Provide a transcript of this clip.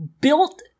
built